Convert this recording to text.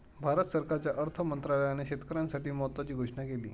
भारत सरकारच्या अर्थ मंत्रालयाने शेतकऱ्यांसाठी महत्त्वाची घोषणा केली